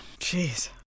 Jeez